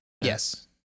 Yes